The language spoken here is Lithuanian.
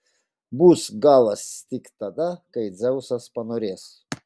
bus galas tik tada kai dzeusas panorės